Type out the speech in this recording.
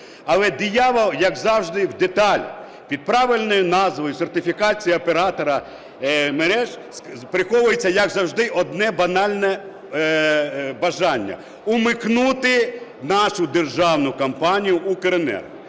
Але диявол, як завжди, в деталях. Під правильною назвою "сертифікація оператора мереж" приховується, як завжди, одне банальне бажання – умикнути нашу державну компанію "Укренерго".